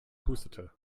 hustete